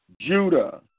Judah